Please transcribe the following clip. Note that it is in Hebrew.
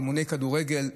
אימוני כדורגל,